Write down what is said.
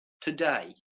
today